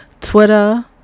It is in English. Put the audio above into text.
Twitter